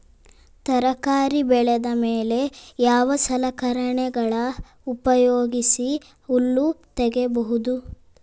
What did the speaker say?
ತರಕಾರಿ ಬೆಳದ ಮೇಲೆ ಯಾವ ಸಲಕರಣೆಗಳ ಉಪಯೋಗಿಸಿ ಹುಲ್ಲ ತಗಿಬಹುದು?